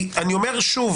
אני אומר שוב